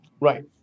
Right